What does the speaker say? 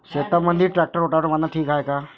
शेतामंदी tractor rotavator मारनं ठीक हाये का?